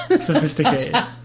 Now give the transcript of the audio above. sophisticated